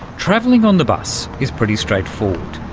travelling on the bus is pretty straightforward.